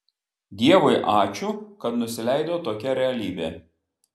dievui ačiū kad nusileido tokia realybė